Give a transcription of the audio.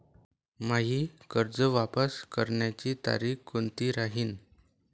मायी कर्ज वापस करण्याची तारखी कोनती राहीन?